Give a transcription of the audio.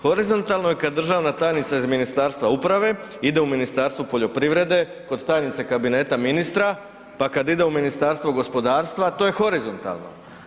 Horizontalno je kad državna tajnica iz Ministarstva uprave ide u Ministarstvo poljoprivrede kod tajnice Kabineta ministra pa kad ide u Ministarstvo gospodarstva, to je horizontalno.